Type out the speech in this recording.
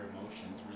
emotions